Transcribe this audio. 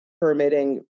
permitting